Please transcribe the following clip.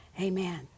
Amen